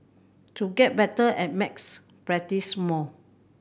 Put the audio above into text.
to get better at maths practise more